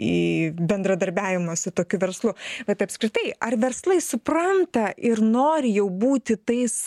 į bendradarbiavimą su tokiu verslu bet apskritai ar verslai supranta ir nori jau būti tais